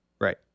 Right